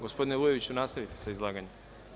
Gospodine Vujoviću, nastavite sa izlaganjem.